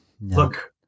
look